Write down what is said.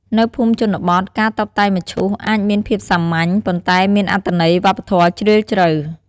នៅភូមិជនបទ ការតុបតែងមឈូសអាចមានភាពសាមញ្ញ ប៉ុន្តែមានអត្ថន័យវប្បធម៌ជ្រាលជ្រៅ។